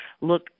look